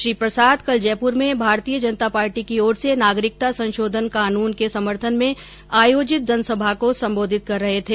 श्री प्रसाद कल जयप्र में भारतीय जनता पार्टी की ओर से नागरिकता संशोधन कानून के समर्थन में आयोजित जनसभा को संबोधित कर रहे थे